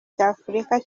cy’afurika